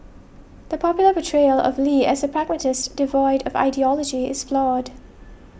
the popular portrayal of Lee as a pragmatist devoid of ideology is flawed